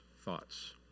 thoughts